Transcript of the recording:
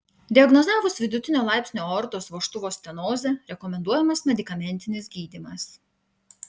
diagnozavus vidutinio laipsnio aortos vožtuvo stenozę rekomenduojamas medikamentinis gydymas